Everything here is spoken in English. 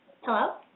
Hello